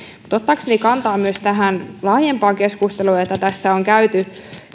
mutta ottaakseni kantaa myös tähän laajempaan keskusteluun jota tässä on käyty